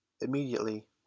immediately